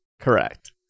Correct